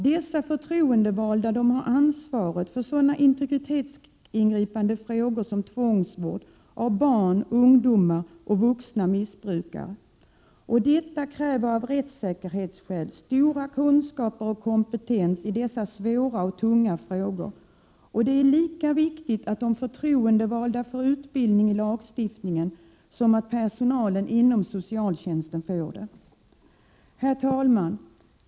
De som väljs till dessa uppdrag har ansvaret för sådana integritetsingripande frågor som tvångsvård av barn, av ungdomar samt av vuxna missbrukare. Av rättssäkerhetsskäl kräver detta stora kunskaper och särskild kompetens i dessa svåra och tunga frågor. Det är lika viktigt att de förtroendevalda får utbildning om lagstiftningen som att personalen inom socialtjänsten får det. Herr talman!